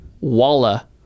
WALLA